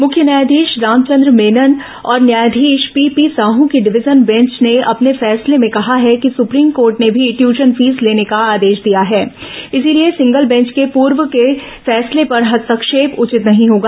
मुख्य न्यायाधीश रामचंद्र मेनन और न्यायाधीश पी पी साहू की डिवीजन बेंच ने अपने फैसले में कहा है कि सुप्रीम कोर्ट ने भी ट्यूशन फीस लेने का आदेश दिया है इसलिए सिंगल बेंच के पूर्व के फैसले पर हस्तक्षेप उचित नहीं होगा